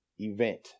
event